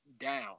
down